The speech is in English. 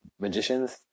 magicians